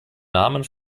namen